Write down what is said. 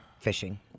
fishing